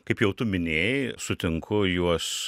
kaip jau tu minėjai sutinku juos